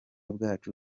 bwacu